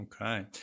Okay